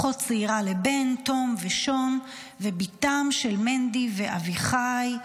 אחות צעירה לבן, תום ושון ובתם של מנדי ואביחי.